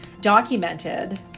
documented